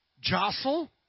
jostle